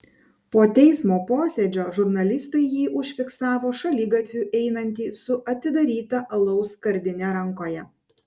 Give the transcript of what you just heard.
po teismo posėdžio žurnalistai jį užfiksavo šaligatviu einantį su atidaryta alaus skardine rankoje